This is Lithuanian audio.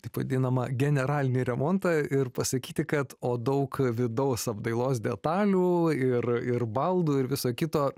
taip vadinamą generalinį remontą ir pasakyti kad o daug vidaus apdailos detalių ir ir baldų ir viso kito